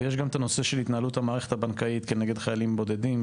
ויש גם את הנושא של התנהלות המערכת הבנקאית כנגד חיילים בודדים,